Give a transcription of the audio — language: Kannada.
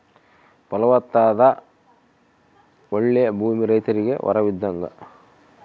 ಫಲವತ್ತಾದ ಓಳ್ಳೆ ಭೂಮಿ ರೈತರಿಗೆ ವರವಿದ್ದಂಗ